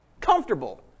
Comfortable